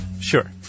Sure